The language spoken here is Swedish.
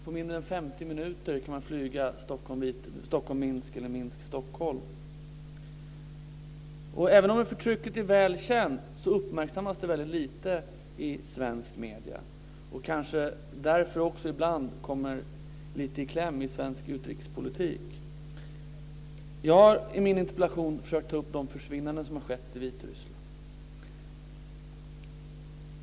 På mindre än 50 minuter kan man flyga Stockholm-Minsk eller Minsk-Stockholm. Även om förtrycket är väl känt uppmärksammas det väldigt lite i svenska medier och kommer kanske därför ibland lite i kläm i svensk utrikespolitik. Jag har i min interpellation försökt ta upp de försvinnanden som har skett i Vitryssland.